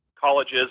colleges